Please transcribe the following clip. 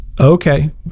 Okay